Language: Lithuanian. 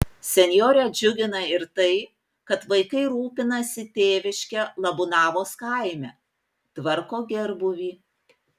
senjorę džiugina ir tai kad vaikai rūpinasi tėviške labūnavos kaime tvarko gerbūvį